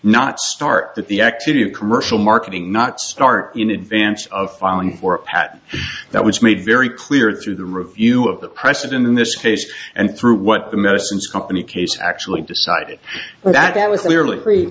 not start at the active commercial marketing not start in advance of filing for a patent that was made very clear through the review of the precedent in this case and through what the medicines company case actually decided that it was clearly free